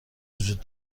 وجود